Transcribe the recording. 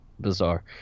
bizarre